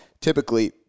Typically